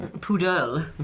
Poodle